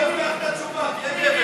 מיקי, הבטחת תשובה, תהיה גבר.